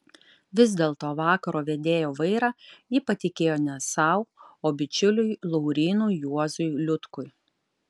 vis dėlto vakaro vedėjo vairą ji patikėjo ne sau o bičiuliui laurynui juozui liutkui